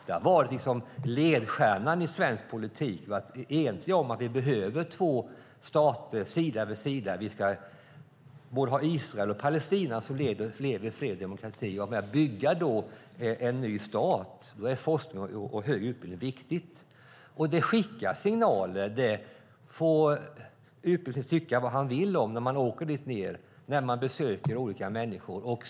Det har varit ledstjärnan i svensk politik. Vi har varit ense om att vi behöver två stater sida vid sida, att vi ska ha både Israel och Palestina som lever i fred och demokrati. När man då ska bygga en ny stat är forskning och högre utbildning viktigt. Det skickar signaler - utbildningsministern får tycka vad han vill om det - när man åker dit och besöker olika människor.